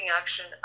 action